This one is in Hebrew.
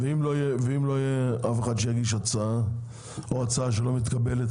ואם אף אחד לא יגיש הצעה או תהיה הצעה שלא מתקבלת?